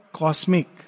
cosmic